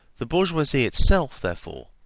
the bourgeoisie itself, therefore,